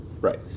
right